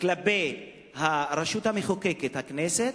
כלפי הרשות המחוקקת, הכנסת,